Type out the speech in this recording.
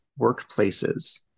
workplaces